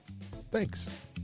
Thanks